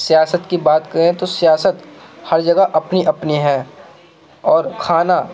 سیاست کی بات کریں تو سیاست ہر جگہ اپنی اپنی ہے اور کھانا